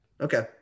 Okay